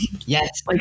yes